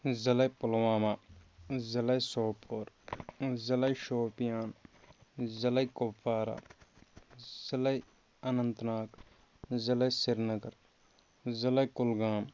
ضِلَے پُلوامَہ ضلَے سوپور ضِلَے شوپِیان ضِلَے کوٚپوارہ ضِلَے اَننٛت ناگ ضِلَے سرینگر ضِلَے کُلگام